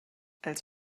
als